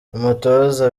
umutoza